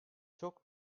çok